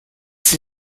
sie